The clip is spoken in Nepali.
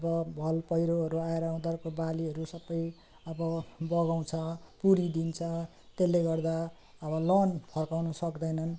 अब भल पहिरोहरू आएर उनीहरूको बालीहरू सब अब बगाउँछ पुरी दिन्छ त्यसले गर्दा अब लोन फर्काउन सक्दैनन्